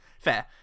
fair